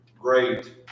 great